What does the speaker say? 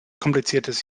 kompliziertes